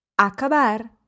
Acabar